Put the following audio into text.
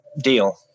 deal